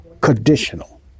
conditional